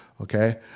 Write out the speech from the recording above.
okay